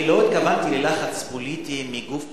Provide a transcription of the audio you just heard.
אני לא התכוונתי ללחץ פוליטי מגוף פוליטי.